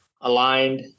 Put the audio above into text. aligned